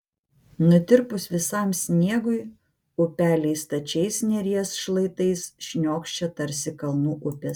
nutirpus visam sniegui upeliai stačiais neries šlaitais šniokščia tarsi kalnų upės